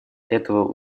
этого